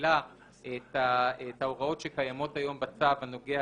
שמחילה את ההוראות שקיימות היום בצו הנוגע